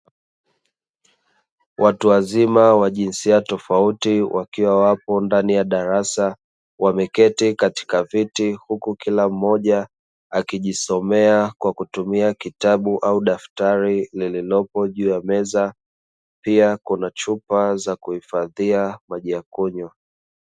Watu wazima wajinsia tofauti wakiwa wapo ndani ya darasa wameketi katika viti, huku kila mmoja wakijisomea kwa kutumia kitabu au daftari lililopo juu ya meza, pia kuna Chupa za kuhifadhia maji ya kunywa.